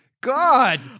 God